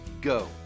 go